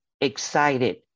excited